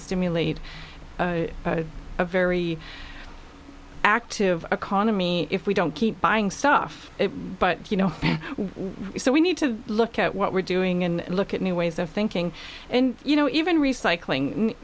stimulate a very active economy if we don't keep buying stuff but you know so we need to look at what we're doing and look at new ways of thinking and you know even recycling